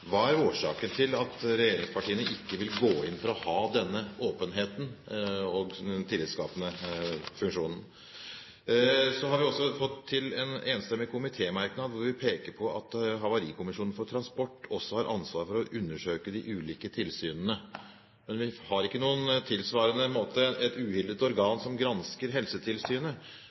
Hva er årsaken til at regjeringspartiene ikke vil gå inn for denne åpenheten og denne tillitskapende funksjonen? Så har vi også fått til en enstemmig komitémerknad hvor vi peker på «at Statens havarikommisjon for transport også har et ansvar for å undersøke de ulike tilsynene, mens man ikke på tilsvarende måte har et uhildet organ som gransker Helsetilsynet».